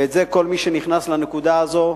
ואת זה, כל מי שנכנס לנקודה הזו,